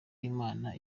imana